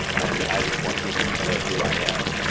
and i just want people to know who i am.